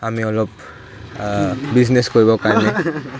আমি অলপ বিজনেছ কৰিব কাৰণে